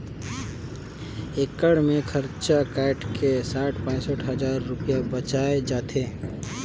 एकड़ मे खरचा कायट के साठ पैंसठ हजार रूपिया बांयच जाथे